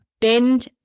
bend